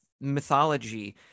mythology